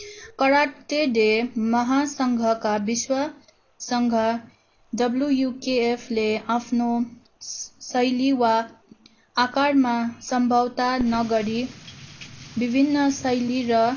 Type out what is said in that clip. karate डे महासङ्घका विश्व सङ्घ डब्लुयुकेएफले आफ्नो शैली वा आकारमा सम्भवता नगरी विभिन्न शैली र